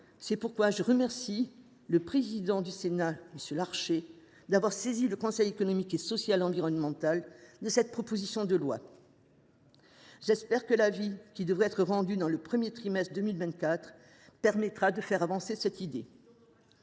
C’est pourquoi je remercie le président du Sénat, M. Larcher, d’avoir saisi le Conseil économique, social et environnemental de cette proposition de loi. J’espère que l’avis qui devrait être rendu dans le premier trimestre 2024 permettra de faire avancer cette idée.